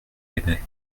aimait